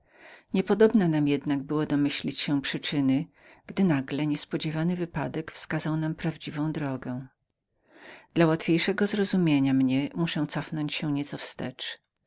nie podobna nam jednak było domyślić się przyczyny gdy nagle niespodziewany wypadek wskazał nam prawdziwą drogę dla łatwiejszego mnie zrozumienia muszę zacząć nieco